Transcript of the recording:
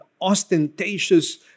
ostentatious